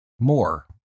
more